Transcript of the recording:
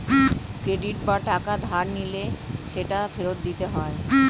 credit বা টাকা ধার নিলে সেটা ফেরত দিতে হয়